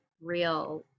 real